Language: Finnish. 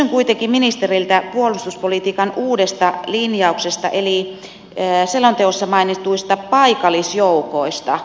kysyn kuitenkin ministeriltä puolustuspolitiikan uudesta linjauksesta eli selonteossa mainituista paikallisjoukoista